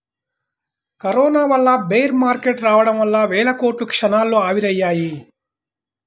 corona వల్ల bear market రావడం వల్ల వేల కోట్లు క్షణాల్లో ఆవిరయ్యాయి